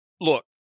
look